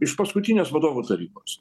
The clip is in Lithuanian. iš paskutinios vadovų tarybos